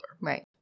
Right